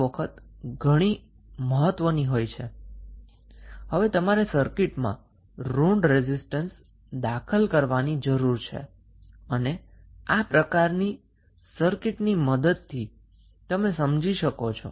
કેટલીક વખત તમારે સર્કિટમાં માઇનસ રેઝિસ્ટન્સ દાખલ કરવાની જરૂર પડે છે અને આ પ્રકારની સર્કિટની મદદથી તમે તેને મેળવી શકો છો